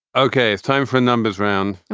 ok, it's time for a numbers round.